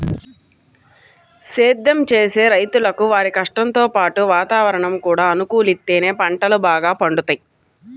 సేద్దెం చేసే రైతులకు వారి కష్టంతో పాటు వాతావరణం కూడా అనుకూలిత్తేనే పంటలు బాగా పండుతయ్